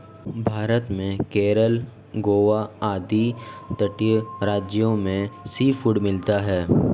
भारत में केरल गोवा आदि तटीय राज्यों में सीफूड मिलता है